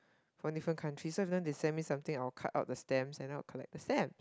from different countries so every time they send me something I will cut out the stamps and I will collect the stamps